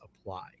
apply